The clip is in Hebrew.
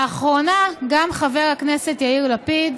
לאחרונה גם חבר הכנסת יאיר לפיד